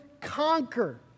conquer